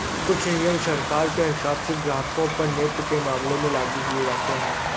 कुछ नियम सरकार के हिसाब से ग्राहकों पर नेफ्ट के मामले में लागू किये जाते हैं